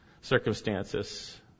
circumstances